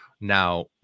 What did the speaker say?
Now